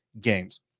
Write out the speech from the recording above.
games